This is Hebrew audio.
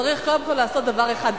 הוא צריך קודם כול לעשות דבר אחד,